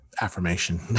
affirmation